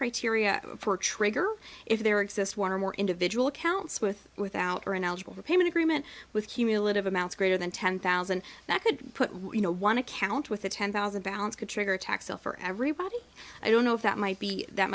criteria for a trigger if there exist one or more individual accounts with without or an eligible repayment agreement with cumulative amounts greater than ten thousand that could put you know one account with a ten thousand balance could trigger a tax bill for everybody i don't know if that might be that